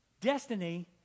Destiny